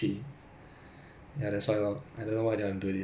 some maybe cannot lor you have to really make your own judgment